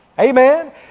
Amen